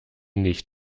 nicht